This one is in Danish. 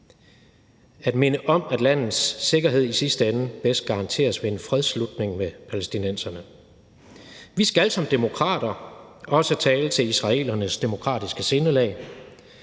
at minde om, at landets sikkerhed i sidste ende bedst garanteres ved en fredsslutning med palæstinenserne. Vi skal som demokrater også tale til israelernes demokratiske sindelag.